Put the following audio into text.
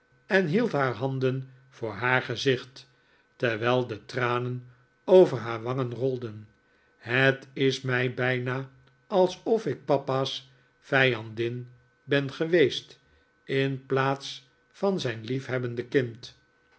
en hield haar handen voor haar gezicht terwijl de tranen over haar wangen rolden het is mij bijna alsof ik papa's vijandin ben geweest in plaats van zijn liefhebbende kind